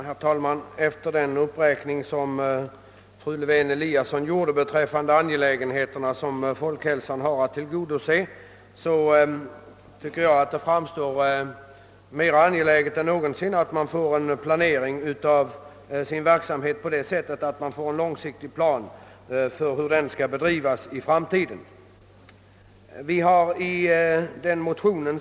Herr talman! Efter fru Lewén-Eliassons uppräkning av de väsentliga behov som statens institut för folkhälsan har att tillgodose framstår det som mera angeläget än någonsin att institutet får en långsiktig plan över hur dess verksamhet skall bedrivas i framtiden.